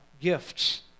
gifts